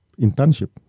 internship